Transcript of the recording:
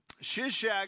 Shishak